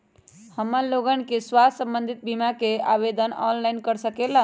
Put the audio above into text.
हमन लोगन के स्वास्थ्य संबंधित बिमा का आवेदन ऑनलाइन कर सकेला?